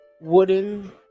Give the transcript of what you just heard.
wooden